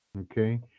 Okay